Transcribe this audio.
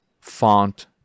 font